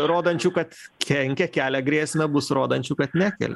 rodančių kad kenkia kelia grėsmę bus rodančių kad nekelia